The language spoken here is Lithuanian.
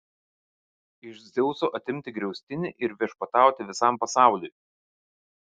iš dzeuso atimti griaustinį ir viešpatauti visam pasauliui